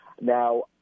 Now